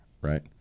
right